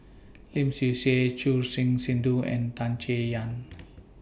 Lim Swee Say Choor Singh Sidhu and Tan Chay Yan